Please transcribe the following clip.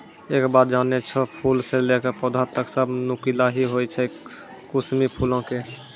एक बात जानै छौ, फूल स लैकॅ पौधा तक सब नुकीला हीं होय छै कुसमी फूलो के